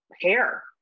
hair